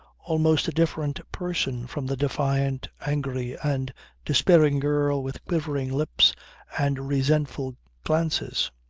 almost a different person from the defiant, angry and despairing girl with quivering lips and resentful glances.